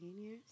years